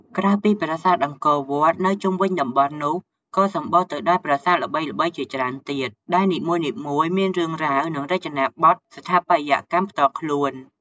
ក្រៅពីប្រាសាទអង្គរវត្ត នៅជុំវិញតំបន់នោះក៏សម្បូរទៅដោយប្រាសាទល្បីៗជាច្រើនទៀត ដែលនីមួយៗមានរឿងរ៉ាវ និងរចនាបថស្ថាបត្យកម្មផ្ទាល់ខ្លួន។